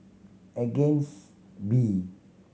Against B